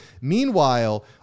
Meanwhile